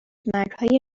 مرگهای